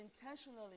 intentionally